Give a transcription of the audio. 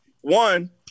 One